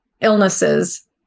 illnesses